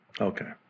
Okay